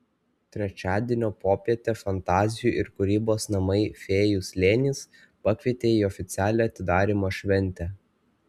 trečiadienio popietę fantazijų ir kūrybos namai fėjų slėnis pakvietė į oficialią atidarymo šventę